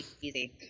easy